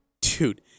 Dude